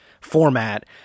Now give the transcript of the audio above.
format